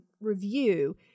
review